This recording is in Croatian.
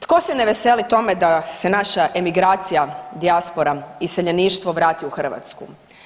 Tko se ne veseli tome da se naša emigracija, dijaspora, iseljeništvo vrati u Hrvatsku?